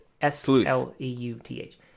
S-L-E-U-T-H